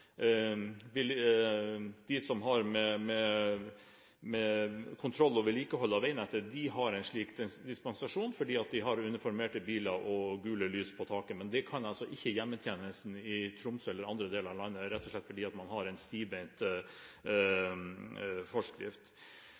de som har med kontroll og vedlikehold av veinettet å gjøre, har en slik dispensasjon fordi de har uniformerte biler og gule lys på taket. Men det kan ikke hjemmetjenesten i Tromsø eller andre deler av landet ha, rett og slett fordi man har en stivbeint forskrift.